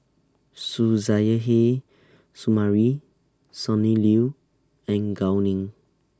Suzairhe Sumari Sonny Liew and Gao Ning